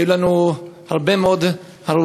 היו לנו הרבה מאוד הרוגים,